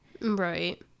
Right